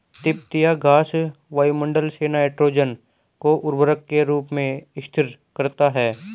तिपतिया घास वायुमंडल से नाइट्रोजन को उर्वरक के रूप में स्थिर करता है